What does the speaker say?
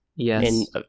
Yes